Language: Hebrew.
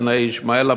בני ישמעאל,